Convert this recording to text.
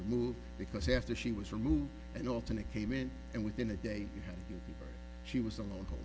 removed because after she was removed an alternate came in and within a day she was alone